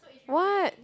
what